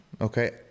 Okay